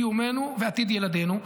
קיומנו ועתיד ילדינו.